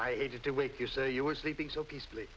aged to wake you say you were sleeping so peacefully